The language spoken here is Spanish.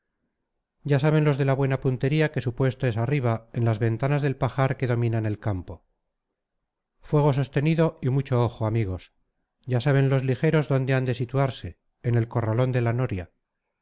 ya saben los de la buena puntería que su puesto es arriba en las ventanas del pajar que dominan el campo fuego sostenido y mucho ojo amigos ya saben los ligeros dónde han de situarse en el corralón de la noria